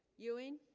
ewing